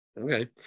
Okay